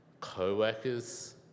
co-workers